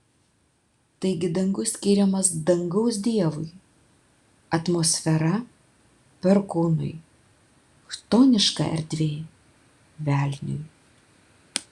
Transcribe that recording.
taigi dangus skiriamas dangaus dievui atmosfera perkūnui chtoniška erdvė velniui